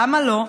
למה לא?